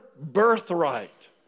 birthright